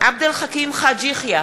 עבד אל חכים חאג' יחיא,